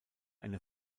eine